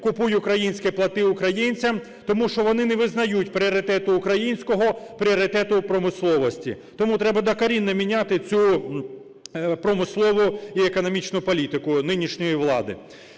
"Купуй українське, плати українцям", тому що вони не визнають пріоритету українського, пріоритету промисловості. Тому треба докорінно міняти цю промислову і економічну політику нинішньої влади.